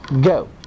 go